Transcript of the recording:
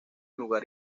lugar